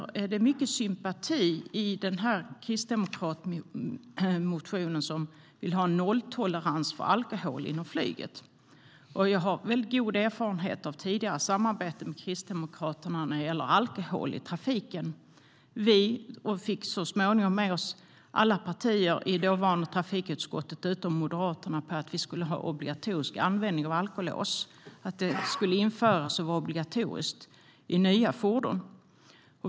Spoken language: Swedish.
Den kristdemokratiska motionen som vill ha nolltolerans för alkohol inom flyget är mycket sympatisk. Jag har väldigt god erfarenhet av tidigare samarbete med Kristdemokraterna när det gäller alkohol i trafiken. Vi fick så småningom med oss alla partier i det dåvarande trafikutskottet, utom Moderaterna, om att obligatoriskt alkolås skulle införas i nya fordon.